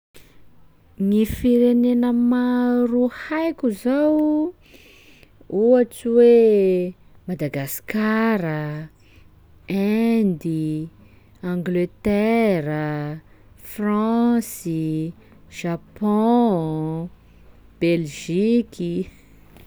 Gny firenena maro haiko zao: ohatsy hoe Madagasikara, Inde i, Angletera, France i, Japon, Belgique i.